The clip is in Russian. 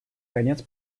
конец